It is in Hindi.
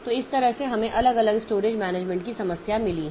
तो इस तरह से हमें अलग अलग स्टोरेज मैनेजमेंट की समस्याएं मिली हैं